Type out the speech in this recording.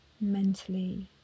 mentally